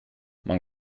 man